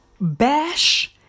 bash